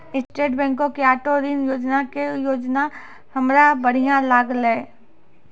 state बैंको के auto ऋण योजना के योजना हमरा बढ़िया लागलै